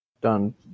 done